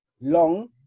long